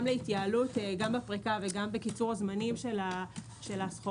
להתייעלות גם בפריקה וגם בקיצור הזמנים של הסחורות.